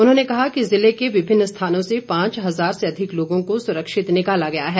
उन्होंने कहा कि जिले के विभिन्न स्थानों से पांच हजार से अधिक लोगों को सुरक्षित निकाला गया है